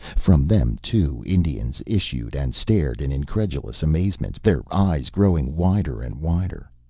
from them, too, indians issued, and stared in incredulous amazement, their eyes growing wider and wider.